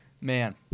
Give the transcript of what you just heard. man